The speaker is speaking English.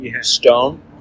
stone